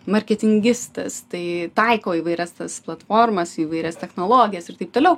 marketingistas tai taiko įvairias tas platformas įvairias technologijas ir taip toliau